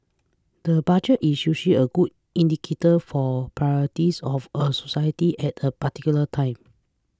the Budget is usually a good indicator for priorities of a society at a particular time